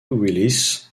willis